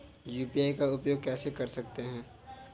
UPI का उपयोग कैसे कर सकते हैं?